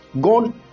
God